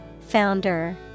Founder